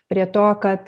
prie to kad